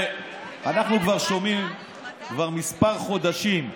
אנחנו שומעים כבר כמה חודשים,